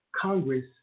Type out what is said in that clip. Congress